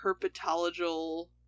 herpetological